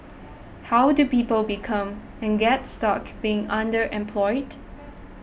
how do people become and get stuck being underemployed